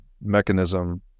mechanism